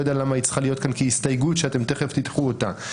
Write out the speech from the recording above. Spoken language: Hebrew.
יודע למה היא צריכה להיות כאן כהסתייגות שתכף תדחו אותה.